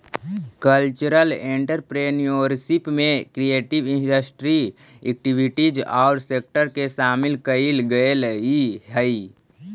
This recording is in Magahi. कल्चरल एंटरप्रेन्योरशिप में क्रिएटिव इंडस्ट्री एक्टिविटीज औउर सेक्टर के शामिल कईल गेलई हई